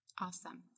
Awesome